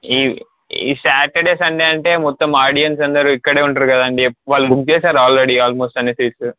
ఈ Saturday Sunday అంటే మొత్తం ఆడియన్స్ అందరు ఇక్కడే ఉంటారు కదండి వాళ్ళు బుక్ చేసారు ఆల్రెడీ ఆల్మోస్ట్ అన్నీ సీట్స్